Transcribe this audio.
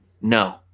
No